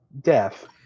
death